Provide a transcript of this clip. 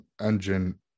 engine